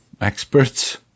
experts